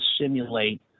simulate